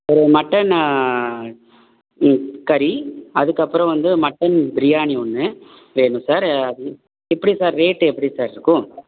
ஒரு மட்டன் கறி அதுக்கப்புறம் வந்து மட்டன் பிரியாணி ஒன்று வேணும் சார் எப்படி சார் ரேட்டு எப்படி சார் இருக்கும்